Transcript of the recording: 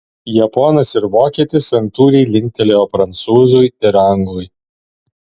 japonas ir vokietis santūriai linktelėjo prancūzui ir anglui